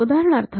उदाहरणार्थ